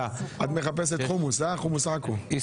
הצבעה בעד, 3 נגד, 9 נמנעים, אין לא אושר.